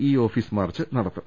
E office മാർച്ചും നടത്തും